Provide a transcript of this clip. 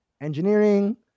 engineering